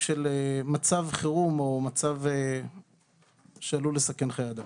של מצב חירום או מצב שעלול לסכן חיי אדם.